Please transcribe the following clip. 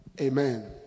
Amen